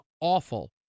awful